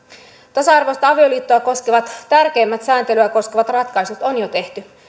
tasa arvoista avioliittoa koskevat tärkeimmät sääntelyä koskevat ratkaisut on jo tehty